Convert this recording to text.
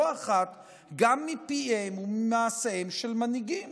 לא אחת גם מפיהם ומעשיהם של מנהיגים